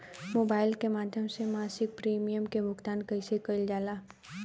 Mobile के माध्यम से मासिक प्रीमियम के भुगतान कैसे कइल जाला?